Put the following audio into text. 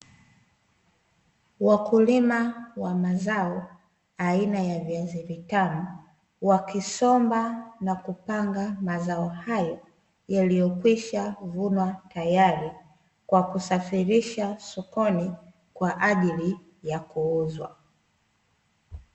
Wakulima wa mazao aina ya viazi vitamu, wakisomba na kupanga mazao hayo, yaliyokwishavunwa tayari kwa kusafirisha sokoni kwa ajili ya kuuza.